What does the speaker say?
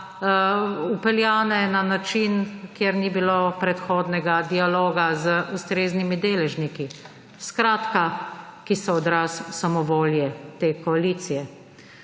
vpeljane na način, kjer ni bilo predhodnega dialoga z ustreznimi deležniki. Skratka, ki so odraz samovolje te koalicije.